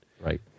Right